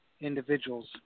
individuals